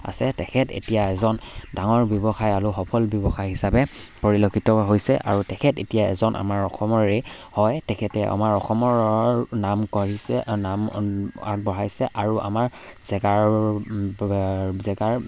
আছে তেখেত এতিয়া এজন ডাঙৰ ব্যৱসায়ী আৰু সফল ব্যৱসায়ী হিচাপে পৰিলক্ষিত হৈছে আৰু তেখেত এতিয়া এজন আমাৰ অসমৰে হয় তেখেতে আমাৰ অসমৰ নাম গঢ়িছে নাম আগবঢ়াইছে আৰু আমাৰ জেগাৰ জেগাৰ